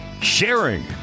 sharing